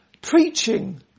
preaching